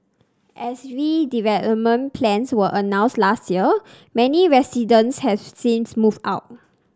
as redevelopment plans were announced last year many residents have since moved out